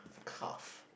carve